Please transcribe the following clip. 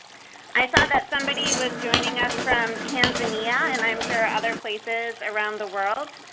i saw that somebody was joining us from tanzania and i'm sure other places around the world.